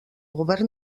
govern